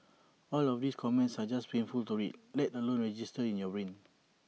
all of these comments are just painful to read let alone register in your brain